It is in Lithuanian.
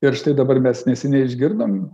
ir štai dabar mes neseniai išgirdom